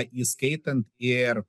įskaitant ir